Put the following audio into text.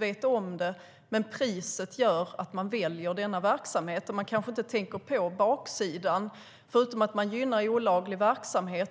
vet om det och väljer denna verksamhet på grund av priset. De kanske inte tänker på baksidan av det, att de gynnar olaglig verksamhet.